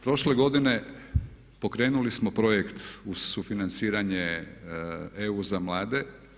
Prošle godine pokrenuli smo projekt uz sufinanciranje EU za mlade.